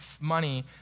money